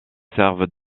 servent